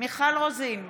מיכל רוזין,